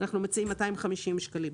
ואנחנו מציעים שהיא תהיה 250 שקלים,